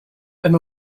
and